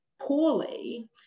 poorly